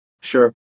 sure